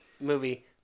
movie